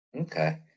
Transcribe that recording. Okay